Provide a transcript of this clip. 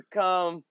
come